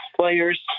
players